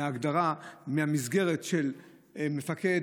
מההגדרה, מהמסגרת של מפקד,